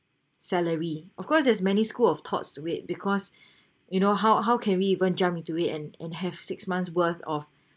salary of course there's many school of thoughts weight because you know how how can we even jump into it and and have six months worth of